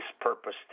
purpose